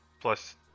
plus